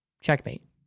Checkmate